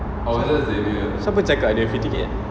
si~ siapa cakap ada free ticket